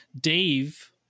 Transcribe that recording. Dave